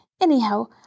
anyhow